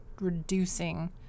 reducing